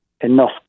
enough